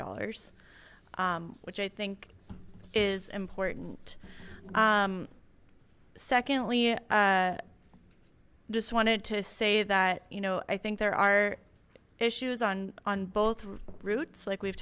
dollars which i think is important secondly i just wanted to say that you know i think there are issues on on both routes like we've